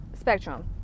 spectrum